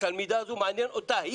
התלמידה הזו מעניינת אותה,